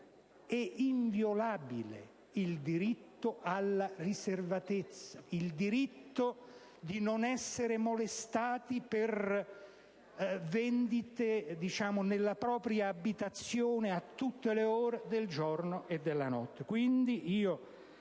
è inviolabile il diritto alla riservatezza, il diritto a non essere molestati con vendite nella propria abitazione a tutte le ore del giorno e della notte.